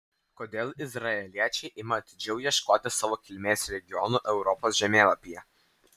kodėl izraeliečiai ima atidžiau ieškoti savo kilmės regionų europos žemėlapyje